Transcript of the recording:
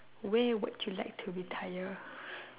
way what you like to retire